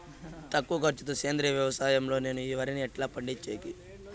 తక్కువ ఖర్చు తో సేంద్రియ వ్యవసాయం లో నేను వరిని ఎట్లా పండించేకి?